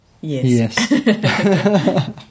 Yes